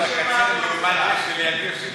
אולי יש כאן רמז, כל מה שקשור בליברמן זה פלילי.